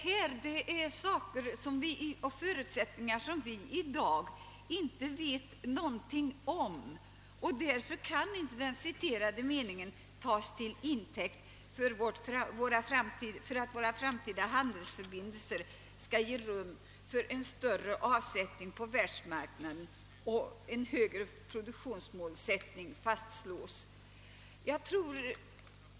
Om dessa förutsättningar vet vi i dag ingenting, och därför kan den citerade meningen inte tas till intäkt för att våra framtida handelsförbindelser skall ge möjligheter till en större avsättning på världsmarknaden, vilket i sin tur är förutsättningen för en högre produktionsmålsättning.